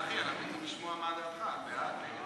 הצעת ועדת